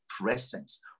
presence